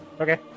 Okay